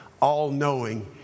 all-knowing